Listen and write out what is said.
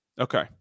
okay